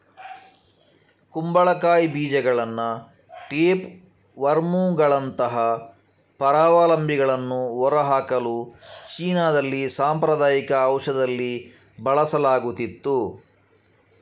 ಕುಂಬಳಕಾಯಿ ಬೀಜಗಳನ್ನ ಟೇಪ್ ವರ್ಮುಗಳಂತಹ ಪರಾವಲಂಬಿಗಳನ್ನು ಹೊರಹಾಕಲು ಚೀನಾದಲ್ಲಿ ಸಾಂಪ್ರದಾಯಿಕ ಔಷಧದಲ್ಲಿ ಬಳಸಲಾಗುತ್ತಿತ್ತು